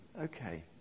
Okay